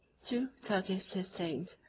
two turkish chieftains,